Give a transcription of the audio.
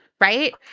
right